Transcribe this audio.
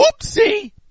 oopsie